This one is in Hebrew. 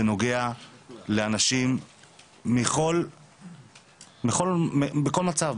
זה נוגע לאנשים בכל מצב,